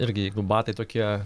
irgi jeigu batai tokie